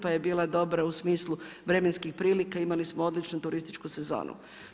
Pa je bila dobra u smislu vremenskih prilika, imali smo odličnu turističku sezonu.